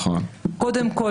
קודם כול,